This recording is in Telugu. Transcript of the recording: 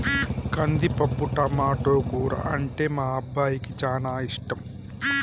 కందిపప్పు టమాటో కూర అంటే మా అబ్బాయికి చానా ఇష్టం